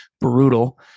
brutal